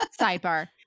sidebar